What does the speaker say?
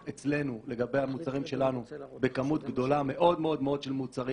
לגבי המוצרים שלנו מדובר בכמות גדולה מאוד של מוצרים.